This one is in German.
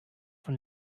von